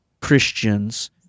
Christians